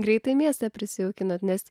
greitai miestą prisijaukinot nes